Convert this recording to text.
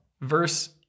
verse